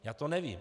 Já to nevím.